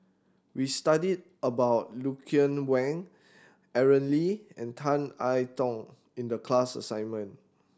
we studied about Lucien Wang Aaron Lee and Tan I Tong in the class assignment